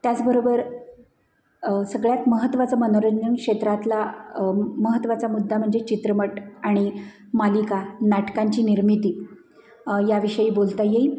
त्याचबरोबर सगळ्यात महत्त्वाचं मनोरंजनक्षेत्रातला महत्त्वाचा मुद्दा म्हणजे चित्रपट आणि मालिका नाटकांची निर्मिती याविषयी बोलता येईल